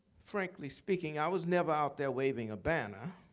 frankly speaking, i was never out there waving a banner.